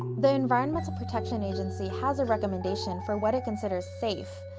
the environmental protection agency has a recommendation for what it considers safe,